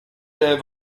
ève